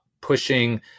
pushing